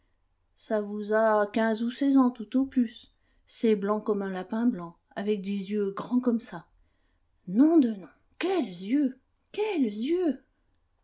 ça vous a quinze ou seize ans tout au plus c'est blanc comme un lapin blanc avec des yeux grands comme ça nom de nom quels yeux quels yeux